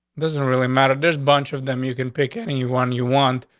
doesn't really matter. this bunch of them. you can pick any one you want.